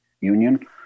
Union